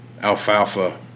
alfalfa